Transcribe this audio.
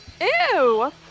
Ew